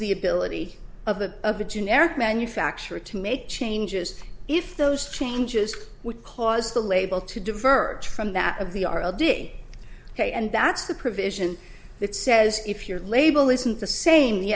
the ability of the of the generic manufacturer to make changes if those changes would cause the label to diverge from that of the are all did ok and that's the provision that says if your label isn't the same the